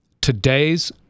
today's